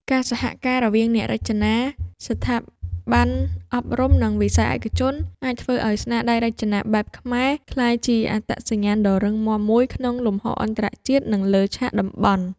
ការសហការរវាងអ្នករចនា ស្ថាប័នអប់រំ និងវិស័យឯកជន អាចធ្វើឲ្យស្នាដៃរចនាបែបខ្មែរ ក្លាយជាអត្តសញ្ញាណដ៏រឹងមាំមួយក្នុងលំហអន្តរជាតិ និងលើឆាកតំបន់។